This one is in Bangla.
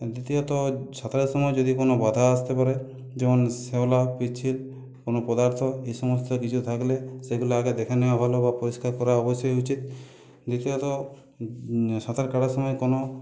দ্বিতীয়ত সাঁতারের সময় যদি কোনো বাঁধা আসতে পারে যেমন শ্যাওলা পিচ্ছিল কোনো পদার্থ এই সমস্ত কিছু থাকলে সেগুলো আগে দেখে নেওয়া ভালো বা পরিষ্কার করা অবশ্যই উচিত দ্বিতীয়ত সাঁতার কাটার সময় কোনো